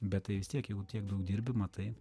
bet tai vis tiek jau tiek daug dirbi matai